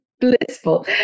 blissful